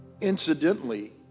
incidentally